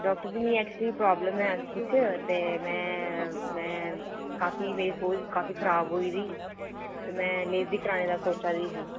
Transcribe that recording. doctor ji मिगी actually problem ऐ अक्खीं च ते में में काफी मेरी सोझ काफी खराब होई दी ते में लेज़र करोआनै दा सोचा दी ही